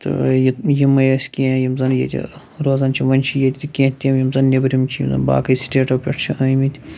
تہٕ یہِ یِمے ٲسۍ کینٛہہ یِم زَن ییٚتہِ روزان چھِ وَنۍ چھِ ییٚتہِ کینٛہہ تِم یِم زَن نیٚبرِم چھِ یِم زَن باقٕے سِٹیٹو پٮ۪ٹھ چھِ آمٕتۍ